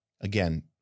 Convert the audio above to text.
again